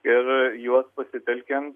ir juos pasitelkiant